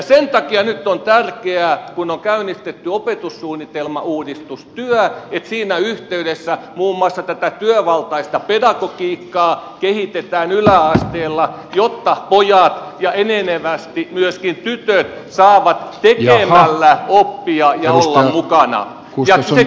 sen takia nyt on tärkeää kun on käynnistetty opetussuunnitelman uudistustyö että siinä yhteydessä muun muassa tätä työvaltaista pedagogiikkaa kehitetään yläasteella jotta pojat ja enenevästi myöskin tytöt saavat tekemällä oppia ja olla mukana